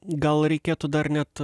gal reikėtų dar net